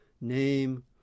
name